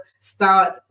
Start